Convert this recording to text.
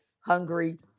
Hungry